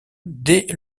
dès